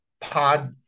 pod